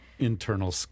Internal